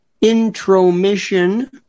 intromission